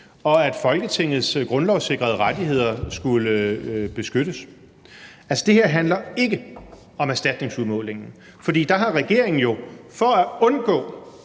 og at Folketingets grundlovssikrede rettigheder skulle beskyttes. Det her handler jo ikke om erstatningsudmålingen, for der har regeringen jo for at undgå,